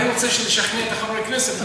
אני רוצה שנשכנע את חברי הכנסת,